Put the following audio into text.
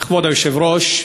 כבוד היושב-ראש,